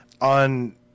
on